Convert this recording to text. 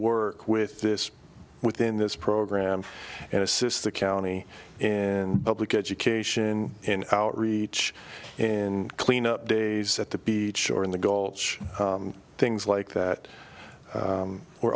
work with this within this program and assist the county and public education in outreach in clean up days at the beach or in the gold things like that we're